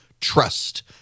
trust